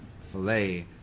filet